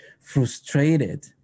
frustrated